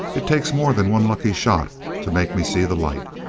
it takes more than one lucky shot to make me see the light.